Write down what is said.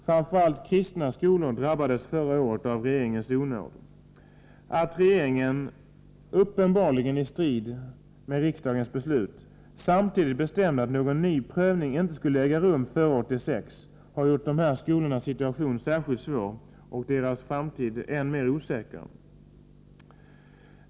Framför allt kristna skolor drabbades förra året av regeringens onåd. Att regeringen — uppenbarligen i strid med riksdagens beslut — samtidigt bestämde att någon ny prövning inte skulle äga rum före 1986 har gjort vissa skolors situation särskilt svår och deras framtid än mer osäker.